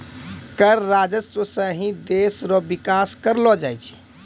कर राजस्व सं ही देस रो बिकास करलो जाय छै